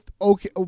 okay